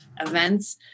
events